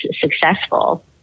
successful